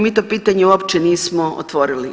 Mi to pitanje uopće nismo otvorili.